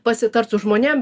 pasitart su žmonėm